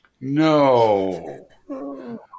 no